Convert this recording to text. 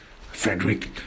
Frederick